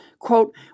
Quote